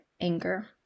anger